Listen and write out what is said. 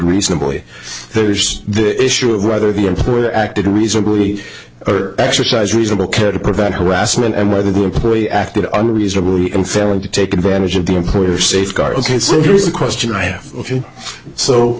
reasonably there's the issue of whether the employer acted reasonably or exercise reasonable care to prevent harassment and whether the employee acted on reasonably in failing to take advantage of the employer safeguards he sues the question